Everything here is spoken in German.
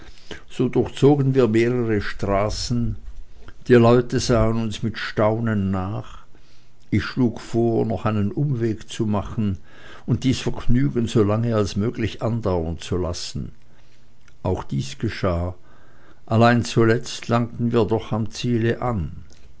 so durchzogen wir mehrere straßen die leute sahen uns mit staunen nach ich schlug vor noch einen umweg zu machen und dies vergnügen so lange als möglich andauern zu lassen auch dies geschah allein zuletzt langten wir doch am ziele an